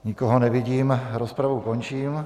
Nikoho nevidím, rozpravu končím.